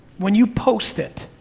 when you post it,